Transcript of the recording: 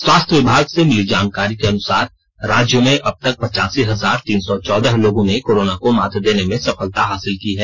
स्वास्थ्य विभाग से मिली जानकारी के अनुसार राज्य में अब तक पचासी हजार तीन सौ चौदह लोगों ने कोरोना को मात देने में सफलता हासिल की है